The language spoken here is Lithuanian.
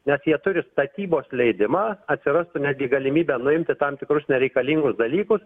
nes jie turi statybos leidimą atsirastų netgi galimybė nuimti tam tikrus nereikalingus dalykus